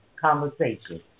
conversation